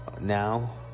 now